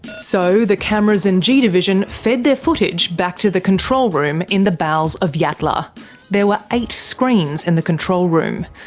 so the cameras in g division fed their footage back to the control room in the bowels of yatala. there were eight screens in the control room.